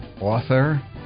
author